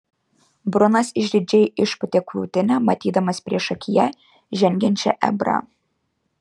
brunas išdidžiai išpūtė krūtinę matydamas priešakyje žengiančią ebrą